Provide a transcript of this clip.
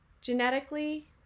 Genetically